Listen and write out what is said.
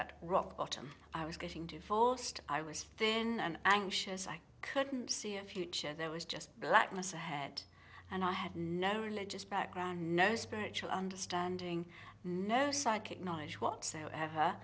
bottom i was getting divorced i was thinkin and anxious i couldn't see a future there was just blackness ahead and i had no religious background no spiritual understanding no psychic knowledge whatsoever